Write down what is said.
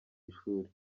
ishuri